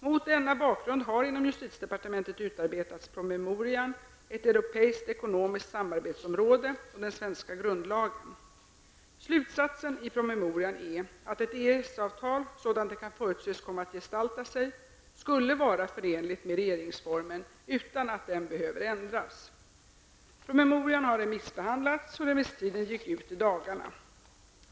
Mot denna bakgrund har inom justitiedepartementet utarbetats promemorian (Ds Slutsatsen i promemorian är att ett EES-avtal -- sådant det kan förutses komma att gestalta sig sig -- skulle vara förenligt med regeringsformen utan att denna behöver ändras. Promemorian har remissbehandlats, och remisstiden gick ut i dagarna.